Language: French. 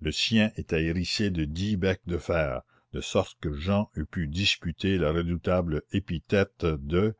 le sien était hérissé de dix becs de fer de sorte que jehan eût pu disputer la redoutable épithète de